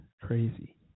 crazy